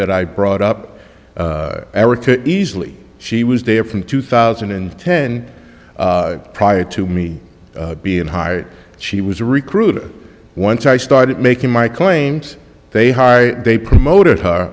that i brought up easily she was there from two thousand and ten prior to me being hired she was a recruiter once i started making my claims they high they promoted her